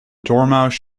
dormouse